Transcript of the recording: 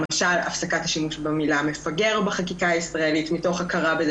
למשל הפסקת השימוש במילה "מפגר" בחקיקה הישראלית מתוך הכרה בזה